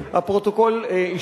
יירשמו בפרוטוקול.